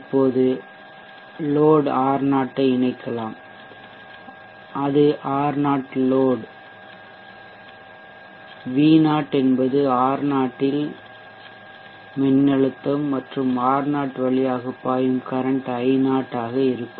இப்போது load R0 ஐ இணைக்கலாம் அது R0 லோட் V0 என்பது R0 ல் மின்னழுத்தம் மற்றும் R0 வழியாக பாயும் கரன்ட் I0 ஆக இருக்கும்